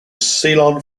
ceylon